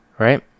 right